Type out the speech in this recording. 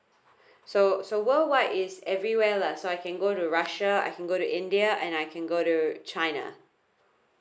so so worldwide is everywhere lah so I can go to russia I can go to india and I can go to china